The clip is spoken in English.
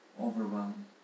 overwhelmed